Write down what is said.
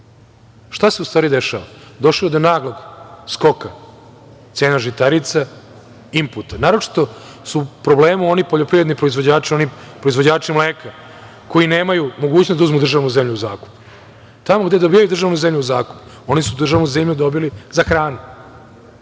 Šta se u stvari dešava? Došlo je do naglog skoka cena žitarica, imputa. Naročito su u problemu oni poljoprivredni proizvođači, oni proizvođači mleka koji nemaju mogućnost da uzmu državnu zemlju u zakup. Tako gde dobijaju državnu zemlju u zakup oni su državnu zemlju dobili za hranu